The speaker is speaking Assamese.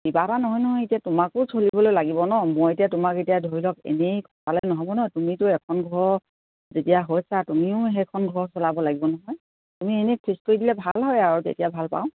কিবা এটা নহয় নহয় এতিয়া তোমাকো চলিবলৈ লাগিব ন মই এতিয়া তোমাক এতিয়া ধৰি লওক এনেই খটালে নহ'ব নহয় তুমিতো এখন ঘৰ যেতিয়া হৈছা তুমিও সেইখন ঘৰ চলাব লাগিব নহয় তুমি এনেই ফিক্স কৰি দিলে ভাল হয় আৰু তেতিয়া ভাল পাওঁ